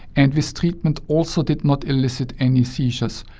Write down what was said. and this treatment also did not elicit any seizures.